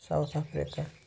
South Africa